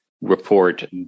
report